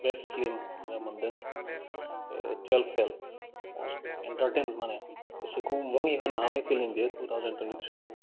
best film जोङो मोन्दों थुवेलभ फेइल मस्ट इन्टारथेइन माने गोसोखौ मुहि होनो हानाय फिलिम बेयो थुथावजेन्द थुइनथिथ्रिनि